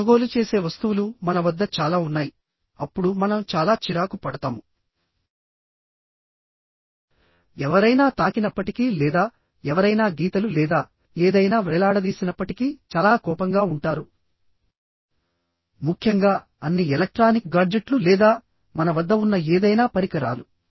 మనం కొనుగోలు చేసే వస్తువులు మన వద్ద చాలా ఉన్నాయి అప్పుడు మనం చాలా చిరాకు పడతాము ఎవరైనా తాకినప్పటికీ లేదా ఎవరైనా గీతలు లేదా ఏదైనా వ్రేలాడదీసినప్పటికీ చాలా కోపంగా ఉంటారు ముఖ్యంగా అన్ని ఎలక్ట్రానిక్ గాడ్జెట్లు లేదా మన వద్ద ఉన్న ఏదైనా పరికరాలు